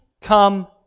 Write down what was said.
come